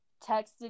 texted